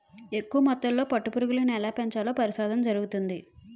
ఎక్కువ మొత్తంలో పట్టు పురుగులను ఎలా పెంచాలో పరిశోధన జరుగుతంది